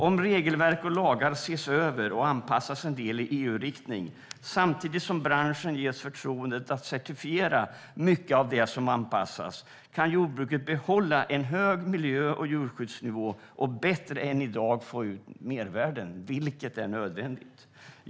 Om regelverk och lagar ses över och anpassas en del i EU-riktning samtidigt som branschen ges förtroendet att certifiera mycket av det som anpassas kan jordbruket behålla en hög miljö och djurskyddsnivå och bättre än i dag få ut mervärden, vilket är nödvändigt.